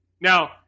now